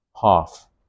half